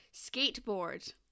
Skateboard